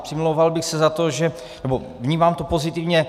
Přimlouval bych se za to, nebo vnímám to pozitivně.